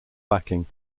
backing